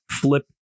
flip